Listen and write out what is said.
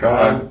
God